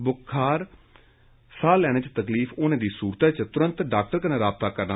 बुखार साह् लैने च तकलीफ होने दो सूरतै च तुरंत डाक्टर कन्नै राबता करन